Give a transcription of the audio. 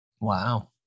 Wow